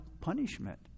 punishment